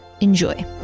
Enjoy